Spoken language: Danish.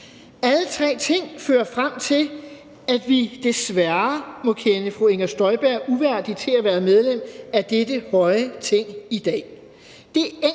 Alle tre ting fører frem til, at vi desværre må kende fru Inger Støjberg uværdig til at være medlem af dette høje ting i dag.